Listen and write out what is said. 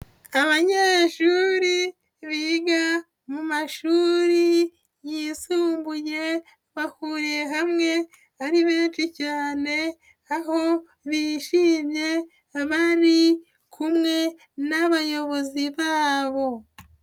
Abanyeshuri biga mu mashuri yisumbuye bahuriye hamwe ari benshi cyane, aho bishimye bari kumwe n'abayobozi babo.